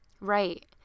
Right